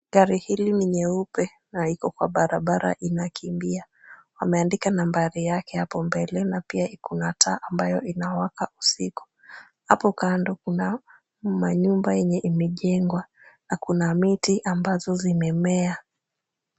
Gari hili ni nyeupe na iko kwa barabara inakimbia. Wameandika nambari yake hapo mbele na pia iko na taa ambayo inawaka usiku. Hapo kando kuna manyumba yenye imejengwa na kuna miti ambazo zimemea.